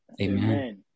Amen